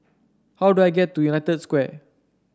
how do I get to United Square